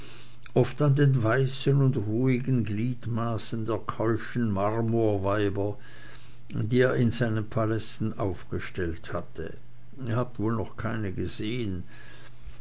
oft an den weißen und ruhigen gliedmaßen der keuschen marmorweiber die er in seinen palästen aufgestellt hatte ihr habet wohl noch keine gesehen